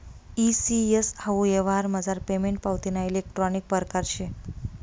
E CS हाऊ यवहारमझार payment पावतीना इलेक्ट्रानिक परकार शे